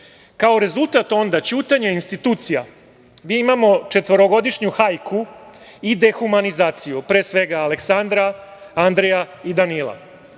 rezultat onda ćutanja institucija, mi imamo četvorogodišnju hajku i dehumanizaciju, pre svega Aleksandra, Andreja i Danila.